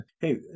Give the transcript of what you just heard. hey